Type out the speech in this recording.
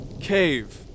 cave